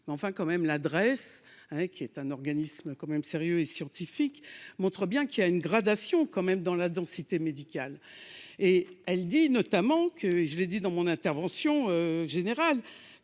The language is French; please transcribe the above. Mais enfin quand même l'adresse hein qui est un organisme quand même sérieux et scientifique montre bien qu'il y a une gradation quand même dans la densité médicale et elle dit notamment que je l'ai dit dans mon intervention générale